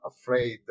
afraid